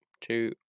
two